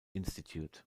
institute